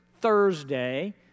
Thursday